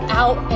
out